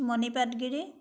Moni Patgiri